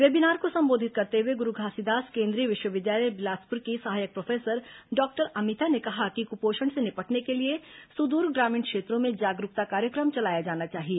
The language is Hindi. वेबीनार को संबोधित करते हुए गुरू घासीदास केंद्रीय विश्वविद्यालय बिलासपुर की सहायक प्रोफेसर डॉक्टर अमिता ने कहा कि कुपोषण से निपटने के लिए सुदूर ग्रामीण क्षेत्रों में जागरूकता कार्यक्रम चलाया जाना चाहिए